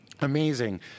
amazing